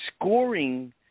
Scoring